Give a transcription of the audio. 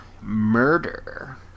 murder